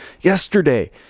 Yesterday